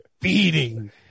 beating